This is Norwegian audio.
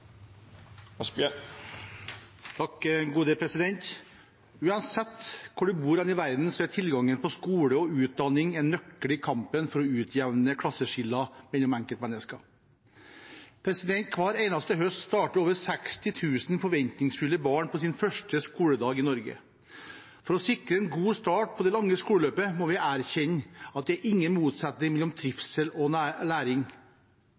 Uansett hvor man bor i verden, er tilgangen på skole og utdanning en nøkkel i kampen for å utjevne klasseskiller mellom enkeltmennesker. Hver eneste høst starter over 60 000 forventningsfulle barn på sin første skoledag i Norge. For å sikre en god start på det lange skoleløpet må vi erkjenne at det er ingen motsetning mellom trivsel og læring.